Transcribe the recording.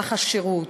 במהלך השירות.